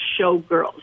showgirls